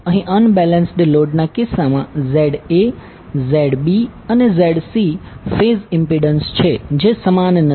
અહીં અનબેલેન્સ્ડ લોડના કિસ્સામાં ZA ZB અને ZC ફેઝ ઈમ્પીડંસ છે જે સમાન નથી